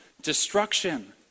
destruction